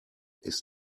ist